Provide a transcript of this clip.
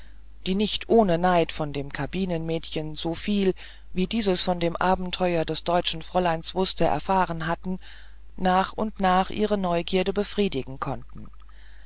die nicht ohne neid von dem kabinenmädchen soviel wie dieses von dem abenteuer des deutschen fräuleins wußte erfahren hatten nach und nach ihre neugierde befriedigen konnten